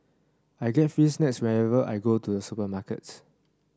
I get free snacks whenever I go to the supermarkets